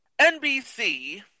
NBC